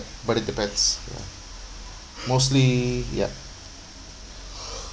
but it depends ya mostly ya